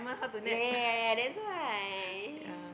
ya ya ya ya that's why